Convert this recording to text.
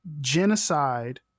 genocide